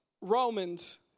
Romans